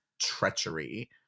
treachery